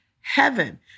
heaven